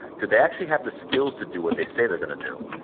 do they actually have the skills to do what they say they're going to do?